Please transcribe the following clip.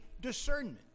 discernment